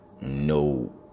no